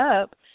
up